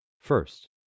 First